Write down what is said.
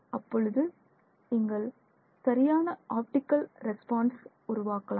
அப்பொழுது நீங்கள் சரியான ஆப்டிகல் ரெஸ்பான்ஸ் உருவாக்கலாம்